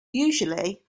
usually